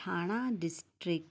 Thane district